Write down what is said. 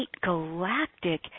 galactic